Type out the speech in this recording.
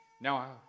Now